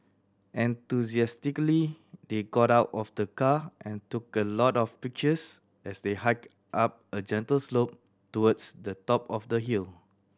enthusiastically they got out of the car and took a lot of pictures as they hiked up a gentle slope towards the top of the hill